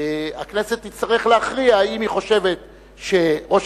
הכנסת תצטרך להכריע האם היא חושבת שראש